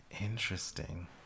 Interesting